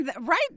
right